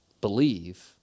believe